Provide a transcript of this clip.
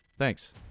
Thanks